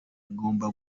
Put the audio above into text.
ngomba